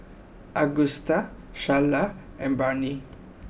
Agusta Sharla and Barnie